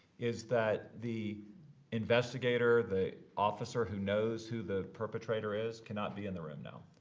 is that the investigator the officer who knows who the perpetrator is cannot be in the room now.